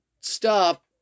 stop